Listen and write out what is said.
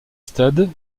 stade